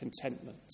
Contentment